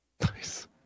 Nice